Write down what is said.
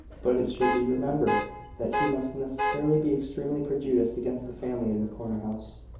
but it should be remembered that he must necessarily be extremely prejudiced against the family in the corner-house,